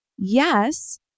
Yes